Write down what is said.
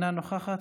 אינה נוכחת,